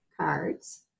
cards